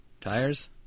Tires